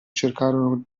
cercarono